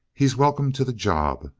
he's welcome to the job.